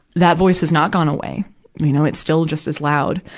that voice has not gone away, you know? it's still just as loud.